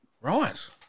Right